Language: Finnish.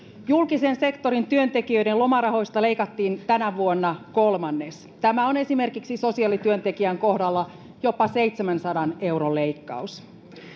julkisen sektorin työntekijöiden lomarahoista leikattiin tänä vuonna kolmannes tämä on esimerkiksi sosiaalityöntekijän kohdalla jopa seitsemänsadan euron leikkaus